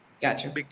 gotcha